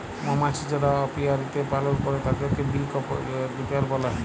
মমাছি যারা অপিয়ারীতে পালল করে তাদেরকে বী কিপার বলে